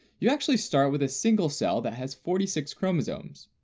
you actually start with a single cell that has forty six chromosomes,